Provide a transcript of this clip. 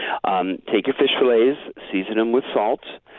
um take your fish filets, season them with salt.